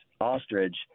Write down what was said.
ostrich